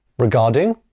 regarding,